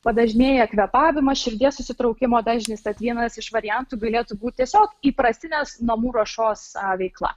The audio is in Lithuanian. padažnėja kvėpavimas širdies susitraukimo dažnis tad vienas iš variantų galėtų būt tiesiog įprastinės namų ruošos veikla